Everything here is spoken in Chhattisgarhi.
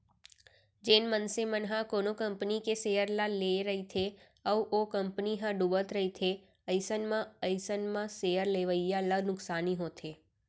जेन मनसे मन ह कोनो कंपनी के सेयर ल लेए रहिथे अउ ओ कंपनी ह डुबत रहिथे अइसन म अइसन म सेयर लेवइया ल नुकसानी होथे